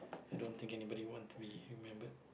i don't think anybody want to be remembered